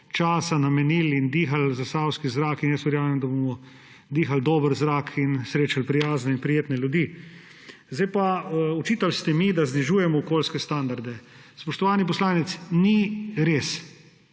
časa namenili in dihali zasavski zrak in jaz verjamem, da bomo dihali dober zrak ter srečali prijazne in prijetne ljudi. Očitali ste mi, da znižujem okoljske standarde. Spoštovani poslanec, ni res,